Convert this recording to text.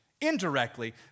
indirectly